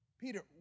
Peter